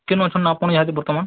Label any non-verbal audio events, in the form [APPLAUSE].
କେନ୍ ଅଛନ୍ ଆପଣ [UNINTELLIGIBLE] ବର୍ତ୍ତମାନ୍